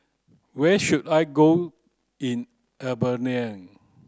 where should I go in Albania